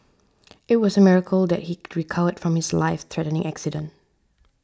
it was a miracle that he recovered from his life threatening accident